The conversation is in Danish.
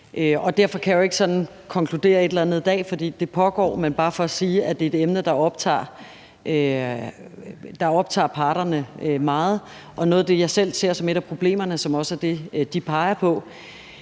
Derfor kan jeg jo ikke sådan konkludere et eller andet i dag, altså fordi det pågår, men jeg vil bare sige, at det er et emne, der optager parterne meget. Noget af det, jeg selv ser som et af problemerne, og som også er det, de peger på,